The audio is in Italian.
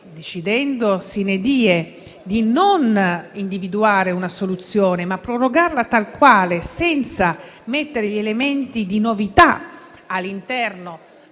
Decidendo *sine die* di non individuare una soluzione e prorogando tal quale, senza introdurre elementi di novità all'interno